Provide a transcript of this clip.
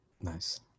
Nice